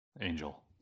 angel